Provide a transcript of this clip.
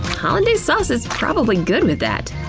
hollandaise sauce is probably good with that!